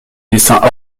dessins